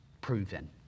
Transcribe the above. proven